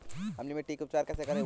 अम्लीय मिट्टी का उपचार कैसे करूँ?